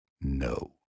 no